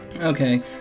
Okay